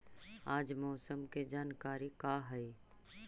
आज मौसम के जानकारी का हई?